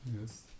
yes